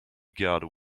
guard